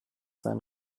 sein